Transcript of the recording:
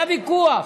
היה ויכוח: